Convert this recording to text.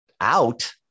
out